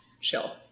chill